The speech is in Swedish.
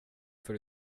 för